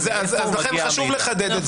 אז לכן חשוב לחדד את זה.